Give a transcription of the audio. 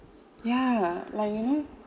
yeah like you know